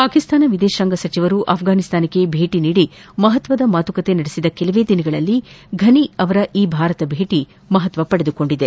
ಪಾಕಿಸ್ತಾನ ವಿದೇಶಾಂಗ ಸಚಿವರು ಆಫ್ರಾನಿಸ್ತಾನಕ್ಕೆ ಭೇಟಿ ನೀಡಿ ಮಹತ್ವದ ಮಾತುಕತೆ ನಡೆಸಿದ ಕೆಲವೇ ದಿನಗಳಲ್ಲಿ ಘನಿ ಅವರ ಈ ಭಾರತ ಭೇಟಿ ಮಹತ್ವ ಪಡೆದುಕೊಂಡಿದೆ